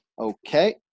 Okay